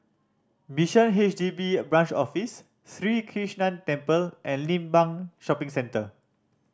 Bishan H D B Branch Office Sri Krishnan Temple and Limbang Shopping Center